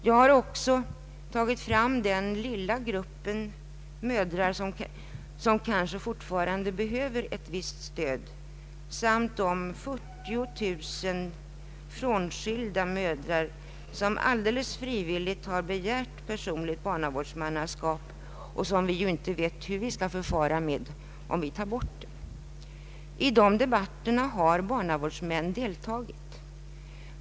Jag har också erinrat om den lilla grupp mödrar som kanske fortfarande behöver ett visst stöd samt de 40 000 frånskilda mödrar som helt frivilligt har begärt personligt barnavårdsmannaskap och beträffande vilka vi inte vet hur vi skall förfara, om vi tar bort det obligatoriska barnavårdsmannaskapet. I dessa debatter har också barnavårdsmän deltagit.